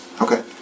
Okay